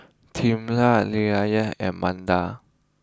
Tamela Lilyan and Manda